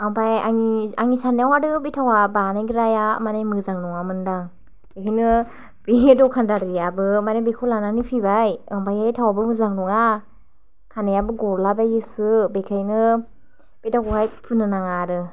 ओमफ्राय आंनि आंनि सान्नायाव आरो बे थावा बानायग्राया माने मोजां नङामोन दां बेखायनो बे दखानदरियाबो माने बेखौ लानानै फैबा ओमफ्राय थावाबो मोजां नङा खानाइयाबो गला बाइयोसो बेखायनो बे थावखौहाय फुननो नाङा आरो